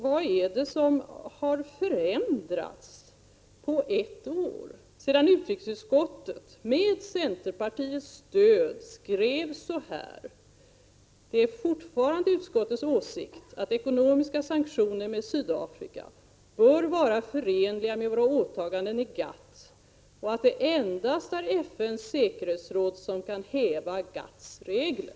Vad är det egentligen som har förändrats på ett år, sedan utrikesutskottet med centerpartiets stöd skrev så här: ”Det är emellertid fortfarande utskottets åsikt att ekonomiska sanktioner mot Sydafrika bör vara förenliga med våra åtaganden i GATT och att det endast är FN:s säkerhetsråd som kan häva GATT:s regler”?